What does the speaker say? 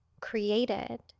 created